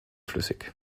flüssig